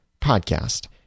PODCAST